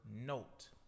note